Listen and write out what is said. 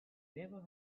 never